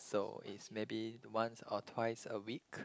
so it's maybe once or twice a week